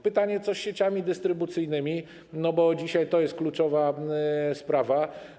Pytanie, co z sieciami dystrybucyjnymi, bo dzisiaj to jest kluczowa sprawa.